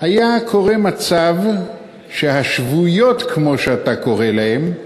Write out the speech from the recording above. היה קורה מצב שהשבויות, כמו שאתה קורא להן,